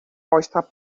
oyster